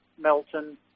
Melton